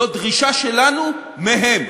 זו דרישה שלנו מהם,